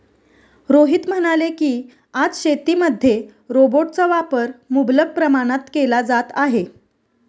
रोहित म्हणाले की, आज शेतीमध्ये रोबोटचा वापर मुबलक प्रमाणात केला जात आहे